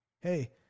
Hey